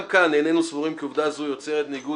גם כאן איננו סבורים כי עובדה זו יוצרת ניגוד